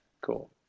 cool